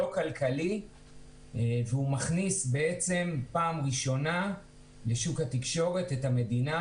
לא כלכלי והוא בעצם מכניס פעם ראשונה לוק התקשורת את המדינה